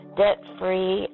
debt-free